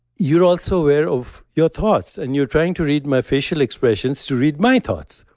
you're also aware of your thoughts and you're trying to read my facial expressions to read my thoughts.